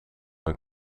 een